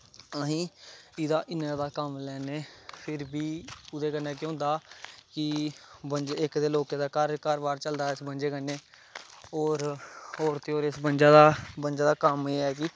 अस एह्दा इन्ना जादा कम्म लैन्ने फिर बी ओह्दे कन्नै केह् होंदा इक ते लोकें दा घर बाह्र चदा इस बंजे कन्नै होर ते होर इस बंजा दा कम्म एह् ऐ